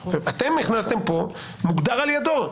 ואתם הכנסתם פה: מוגדר על ידו.